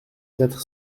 quatre